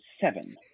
seven